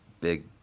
big